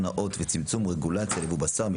מוצרי מזון,